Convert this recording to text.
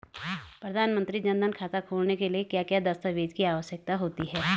प्रधानमंत्री जन धन खाता खोलने के लिए क्या क्या दस्तावेज़ की आवश्यकता होती है?